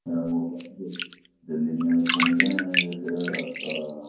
میرا موڈ بنا کہ دلّی میں گُھوم لیں جیسے آپ کا